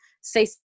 say